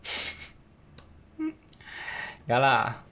ya lah